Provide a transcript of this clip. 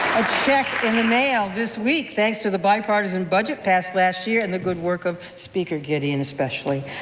check in the mail this week, thanks to the bipartisan budget passed last year and the good work of speaker gideon especially.